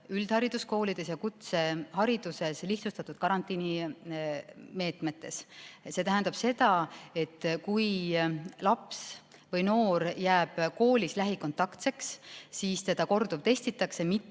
üldhariduskoolides ja kutsehariduses on lihtsustatud karantiinimeetmed. See tähendab seda, et kui laps või noor on koolis lähikontaktne, siis teda korduvtestitakse, mitte